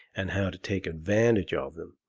and how to take advantage of em.